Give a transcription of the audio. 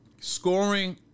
scoring